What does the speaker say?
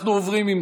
אנחנו עוברים,